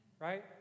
Right